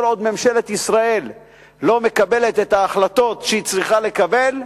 כל עוד ממשלת ישראל לא מקבלת את ההחלטות שהיא צריכה לקבל,